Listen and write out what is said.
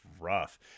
rough